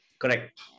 Correct